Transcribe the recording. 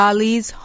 Ali's